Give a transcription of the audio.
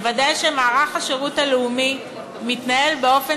לוודא שמערך השירות הלאומי מתנהל באופן